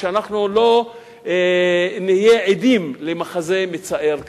ושאנחנו לא נהיה עדים למחזה מצער כזה.